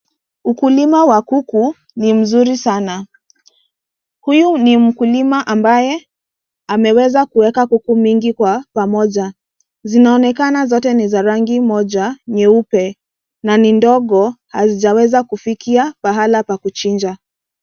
Ukulima wa kuku ni mzuri sana. Huyu ni mkulima ambaye ameweza kuweka kuku mingi kwa pamoja. Zinaonekana zote ni za rangi moja nyeupe na ni ndogo hazijaweza kufikia pahala pa kuchinja.